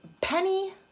penny